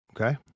Okay